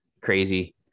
crazy